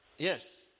Yes